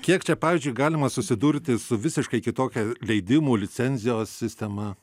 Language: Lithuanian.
kiek čia pavyzdžiui galima susidurti su visiškai kitokia leidimų licencijos sistema